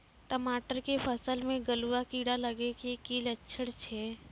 टमाटर के फसल मे गलुआ कीड़ा लगे के की लक्छण छै